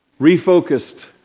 Refocused